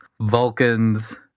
vulcans